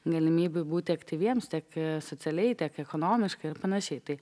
galimybių būti aktyviems tiek socialiai tiek ekonomiškai ar panašiai tai